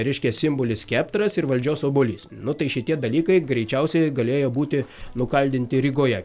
reiškias simbolis skeptras ir valdžios obuolys nu tai šitie dalykai greičiausiai galėjo būti nukaldinti rygoje